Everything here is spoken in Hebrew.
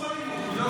אסור אלימות,